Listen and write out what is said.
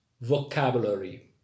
vocabulary